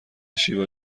شیوا